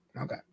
okay